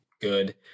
good